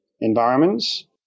environments